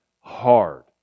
hard